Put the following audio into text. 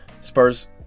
Spurs